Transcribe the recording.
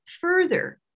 further